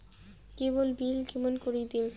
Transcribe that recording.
কেবল bill কেমন করি দিম?